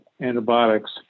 antibiotics